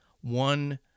one